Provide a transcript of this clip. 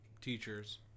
teachers